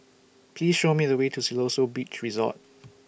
Please Show Me The Way to Siloso Beach Resort